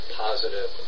positive